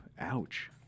Ouch